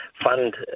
fund